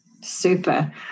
Super